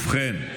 ובכן,